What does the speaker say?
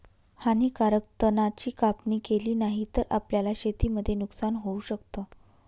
हानीकारक तणा ची कापणी केली नाही तर, आपल्याला शेतीमध्ये नुकसान होऊ शकत